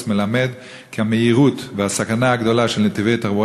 מלמד כי המהירות והסכנה הגדולה של נתיבי התחבורה